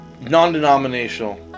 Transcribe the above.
non-denominational